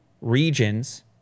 regions